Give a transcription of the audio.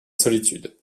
solitude